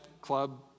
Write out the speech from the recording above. Club